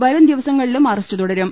വരുംദിവസങ്ങളിലും arrest തുട രും